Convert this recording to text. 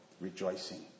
rejoicing